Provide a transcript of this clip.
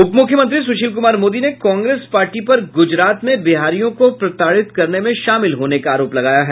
उपमुख्यमंत्री सुशील कुमार मोदी ने कांग्रेस पार्टी पर गुजरात में बिहारियों को प्रताडित करने में शामिल होने का आरोप लगाया है